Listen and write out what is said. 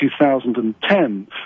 2010